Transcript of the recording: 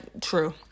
True